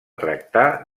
tractar